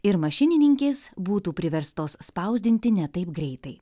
ir mašininkės būtų priverstos spausdinti ne taip greitai